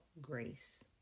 grace